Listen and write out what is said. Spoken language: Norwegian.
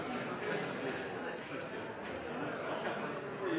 men jeg må si